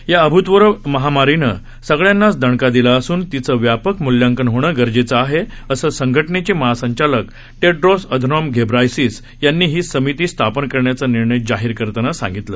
या अभूतपूर्व महामारीनं सगळ्यांनाच दणका दिला असून तिचं व्यापक मूल्यांकन होणं गरजेचं आहे असं संघटनेचे महासंचालक टेड्रॉस अधानोम घेब्रायसीस यांनी ही समिती स्थापन करण्याचा निर्णय जाहीर करताना सांगितलं